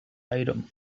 item